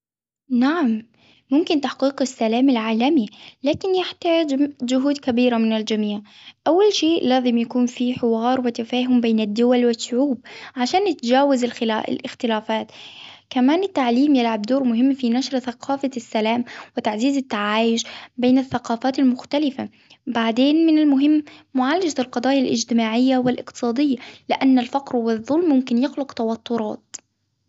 نعم ممكن تحقيق السلام العالمي، لكن يحتاج ج-جهود كبيرة من الجميع، أول شي لازم يكون في حوار وتفاهم بين الدول والشعوب، عشان يتجاوز الخلا-الخلافات، كمان التعليم يلعب دور مهم في نشر ثقافة السلام، وتعزيز التعايش بين الثقافات بعدين من المهم معالجة القضايا الإجتماعية والإقتصادية، لإن الفقر والظلم ممكن يخلق توترات.